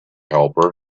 helper